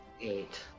Eight